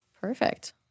Perfect